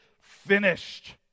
finished